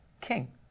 king